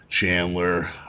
Chandler